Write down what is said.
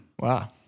wow